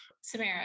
samara